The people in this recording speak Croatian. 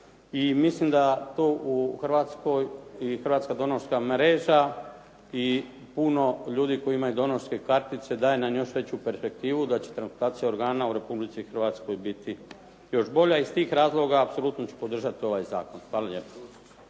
mislim da to u Hrvatskoj i Hrvatska donorska mreža i puno ljudi koji imaju donorske kartice daje nam još veću perspektivu da će transplantacija organa u Republici Hrvatskoj biti još bolja. Iz tih razloga apsolutno ću podržati ovaj zakon. Hvala lijepo.